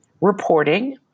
reporting